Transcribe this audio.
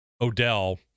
odell